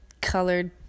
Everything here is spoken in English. colored